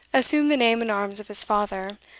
assumed the name and arms of his father,